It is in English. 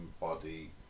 body